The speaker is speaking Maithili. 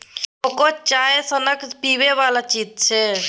कोको चाइए सनक पीबै बला चीज छै